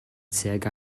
tuag